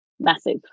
Massive